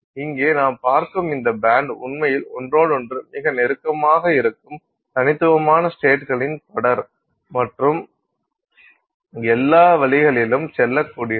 இங்கே நாம் பார்க்கும் இந்த பேண்ட் உண்மையில் ஒன்றொடொன்று மிக நெருக்கமாக இருக்கும் தனித்துவமான ஸ்டேட்களின் தொடர் மற்றும் எல்லா வழிகளிலும் செல்லக்கூடியது